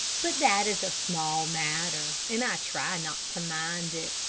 but that is a small matter, and i try not to mind it.